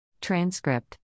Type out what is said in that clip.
Transcript